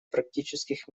практических